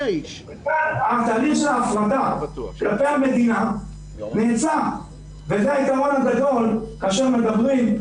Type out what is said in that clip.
התהליך של ההפרדה כלי המדינה וזה היתרון הגדול כאשר מדברים.